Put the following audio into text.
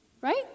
right